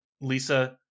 Lisa